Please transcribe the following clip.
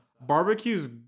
Barbecue's